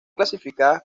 clasificadas